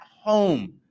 home